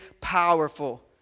powerful